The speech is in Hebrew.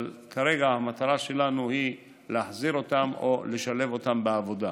אבל כרגע המטרה שלנו היא להחזיר אותם לעבודה או לשלב אותם בעבודה,